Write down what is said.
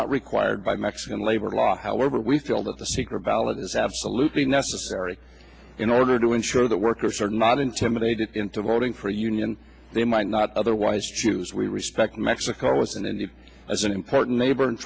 not required by mexican labor law however we feel that the secret ballot is absolutely necessary in order to ensure that workers are not intimidated into voting for a union they might not otherwise choose we respect mexico was intended as an important neighbor and